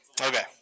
Okay